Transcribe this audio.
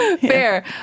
Fair